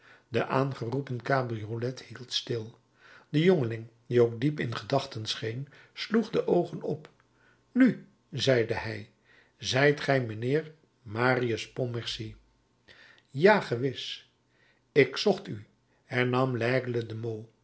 de aangeroepen cabriolet hield stil de jongeling die ook diep in gedachten scheen sloeg de oogen op nu zeide hij zijt ge mijnheer marius pontmercy ja gewis ik zocht u hernam